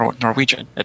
Norwegian